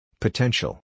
Potential